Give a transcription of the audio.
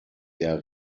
der